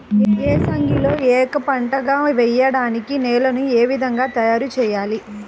ఏసంగిలో ఏక పంటగ వెయడానికి నేలను ఏ విధముగా తయారుచేయాలి?